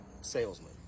salesman